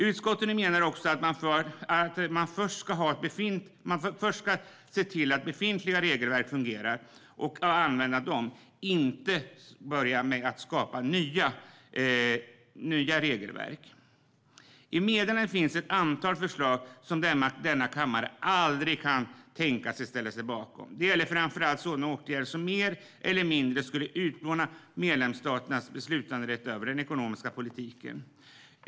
Utskottet menar också att man först ska se till att befintliga regelverk fungerar och använda dom och inte börja med att skapa nya regelverk. I meddelandet finns ett antal förslag som denna kammare aldrig kan tänka sig att ställa sig bakom. Det gäller framför allt sådana åtgärder som mer eller mindre skulle utplåna medlemsstaternas beslutanderätt över den ekonomiska politiken.